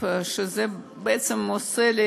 שזה עושה לי